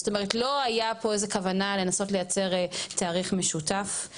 זאת אומרת לא הייתה כאן איזו כוונה לנסות לייצר תאריך משותף.